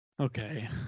Okay